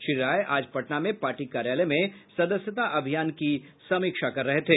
श्री राय आज पटना में पार्टी कार्यालय में सदस्यता अभियान की समीक्षा कर रहे थे